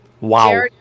Wow